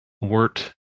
wort